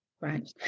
Right